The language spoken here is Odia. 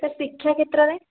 ସାର୍ ଶିକ୍ଷା କ୍ଷେତ୍ରରେ